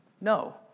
No